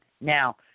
Now